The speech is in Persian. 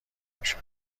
باشد